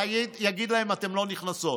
יגיד להן: אתן לא נכנסות.